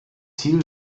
ziel